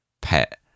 pet